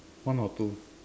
one or two